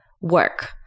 work